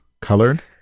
colored